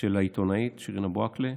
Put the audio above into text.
של העיתונאית שירין אבו עאקלה,